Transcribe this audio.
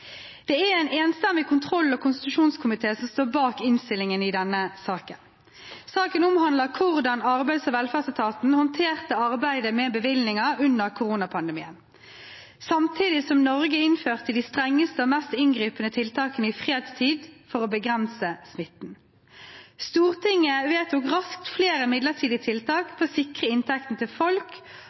Det er en enstemmig kontroll- og konstitusjonskomité som står bak innstillingen i denne saken. Saken omhandler hvordan arbeids- og velferdsetaten håndterte arbeidet med bevilgninger under koronapandemien, samtidig som Norge innførte de strengeste og mest inngripende tiltakene i fredstid for å begrense smitten. Stortinget vedtok raskt flere midlertidige tiltak for å sikre inntekten til folk